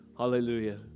Hallelujah